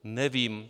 Nevím.